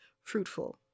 fruitful